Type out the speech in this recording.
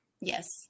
Yes